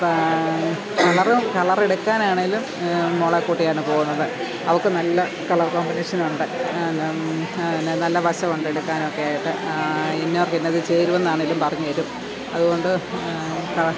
കളറും കളർ എടുക്കാനാണെങ്കിലും മോളെ കൂട്ടി ആണ് പോകുന്നത് അവൾക്ക് നല്ല കളർ കളർ കോമ്പിനേഷൻ ഉണ്ട് നല്ല വശമുണ്ട് എടുക്കാനൊക്കെ ആയിട്ട് ഇന്നവർക്ക് ഇന്നത് ചേരും എന്നാണെങ്കിലും പറഞ്ഞുതരും അതുകൊണ്ട് കളർ